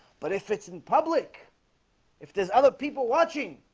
but if it's in public if there's other people watching